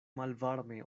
malvarme